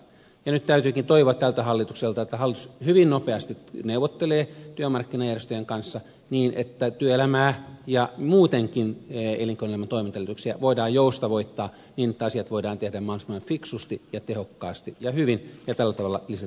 nyt täytyykin toivoa tältä hallitukselta että hallitus hyvin nopeasti neuvottelee työmarkkinajärjestöjen kanssa niin että työelämää ja muutenkin elinkeinoelämän toimintaedellytyksiä voidaan joustavoittaa niin että asiat voidaan tehdä mahdollisimman fiksusti ja tehokkaasti ja hyvin ja tällä tavalla lisätä tuotantoa